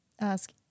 ask